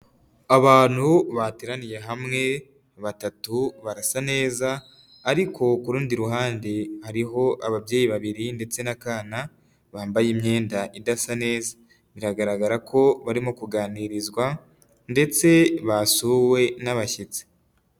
Abantu bateraniye hamwe batatu barasa neza, ariko ku rundi ruhande hariho ababyeyi babiri ndetse n'akana bambaye imyenda idasa neza, biragaragara ko barimo kuganirizwa ndetse basuwe n'abashyitsi.